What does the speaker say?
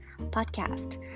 podcast